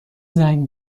زنگ